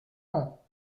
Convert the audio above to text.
ans